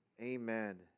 Amen